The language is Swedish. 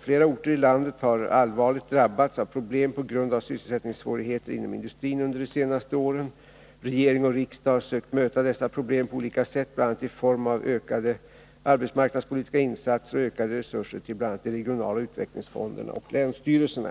Flera orter i landet har allvarligt drabbats av problem på grund av sysselsättningssvårigheter inom industrin under de senaste åren. Regering och riksdag har sökt möta dessa problem på olika sätt, bl.a. i form av ökade arbetsmarknadspolitiska insatser och ökade resurser till bl.a. de regionala utvecklingsfonderna och länsstyrelserna.